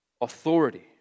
authority